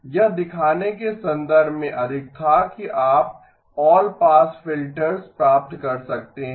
यह दिखाने के संदर्भ में अधिक था कि आप आल पास फिल्टर्स प्राप्त कर सकते हैं